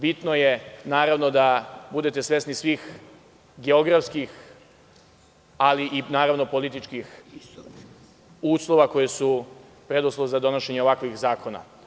Bitno je da budete svesni svih geografskih, ali i političkih uslova koji su preduslov za donošenje ovakvih zakona.